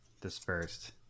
dispersed